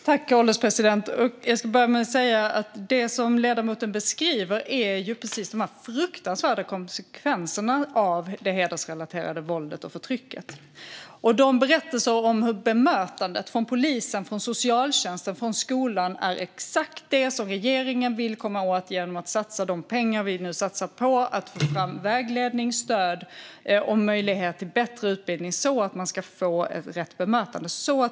Herr ålderspresident! Jag ska börja med att säga att det som ledamoten beskriver är precis de fruktansvärda konsekvenserna av det hedersrelaterade våldet och förtrycket. Berättelserna om hur bemötandet från polisen, socialtjänsten och skolan varit pekar exakt på det som regeringen vill komma åt genom att satsa de pengar vi nu satsar på att få fram vägledning, stöd och möjlighet till bättre utbildning så att människor ska få rätt bemötande.